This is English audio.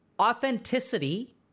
authenticity